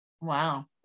Wow